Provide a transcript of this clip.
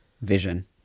Vision